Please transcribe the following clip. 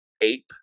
Ape